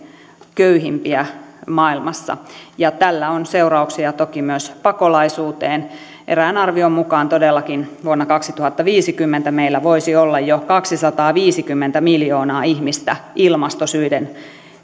köyhimpiä maailmassa ja tällä on seurauksia toki myös pakolaisuuteen erään arvion mukaan todellakin vuonna kaksituhattaviisikymmentä meillä voisi olla jo kaksisataaviisikymmentä miljoonaa ihmistä ilmastosyiden